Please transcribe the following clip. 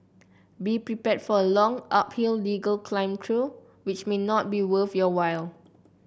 be prepared for a long uphill legal climb through which may not be worth your while